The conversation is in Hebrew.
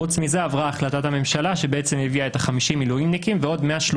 חוץ מזה עברה החלטת הממשלה שבעצם הביאה את ה-50 מילואימניקים ועוד 130